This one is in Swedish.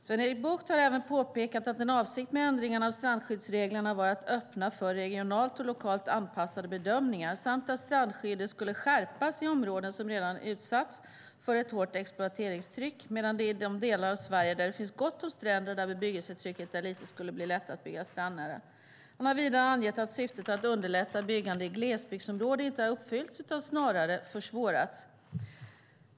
Sven-Erik Bucht har även påpekat att en avsikt med ändringarna av strandskyddsreglerna var att öppna för regionalt och lokalt anpassade bedömningar samt att strandskyddet skulle skärpas i områden som redan utsatts för ett hårt exploateringstryck, medan det i de delar av Sverige där det finns gott om stränder och där bebyggelsetrycket är litet skulle bli lättare att bygga strandnära. Han har vidare angett att syftet att underlätta byggande i glesbygdsområden inte har uppfyllts, utan snarare försvårats.